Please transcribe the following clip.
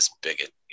bigot